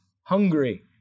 hungry